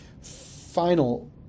Final